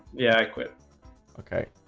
yeah, i quit okay